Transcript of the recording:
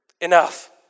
enough